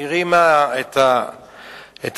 הרימה את המתיחות.